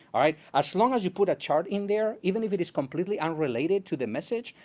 all right? as long as you put a chart in there, even if it is completely unrelated to the message,